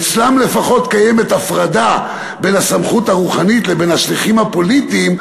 אצלם לפחות קיימת הפרדה בין הסמכות הרוחנית לבין השליחים הפוליטיים,